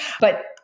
But-